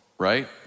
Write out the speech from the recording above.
right